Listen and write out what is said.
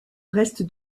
reste